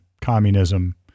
communism